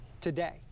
today